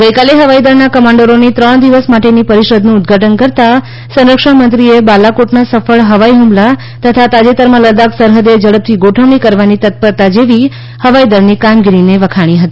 ગઈકાલે હવાઈદળના કમાન્ડરોની ત્રણ દિવસ માટેની પરિષદનું ઉદઘાટન કરતાં સંરક્ષણમંત્રીએ બાલાકોટના સફળ હવાઈ હુમલા તથા તાજેતરમાં લદ્દાખ સરહદે ઝડપથી ગોઠવણી કરવાની તત્પરતા જેવી હવાઈદળની કામગીરીને વખાણી હતી